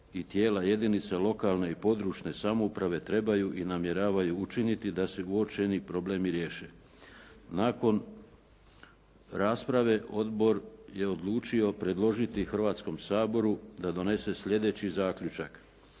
i tijela jedinica lokalne i područne samouprave trebaju i namjeravaju učiniti da se uočeni problemi riješe. Nakon rasprave odbor je odlučio predložiti Hrvatskom saboru da donese sljedeći zaključak.